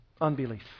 Unbelief